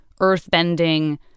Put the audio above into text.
earthbending